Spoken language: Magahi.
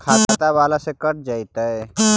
खाता बाला से कट जयतैय?